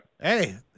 Hey